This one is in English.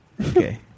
Okay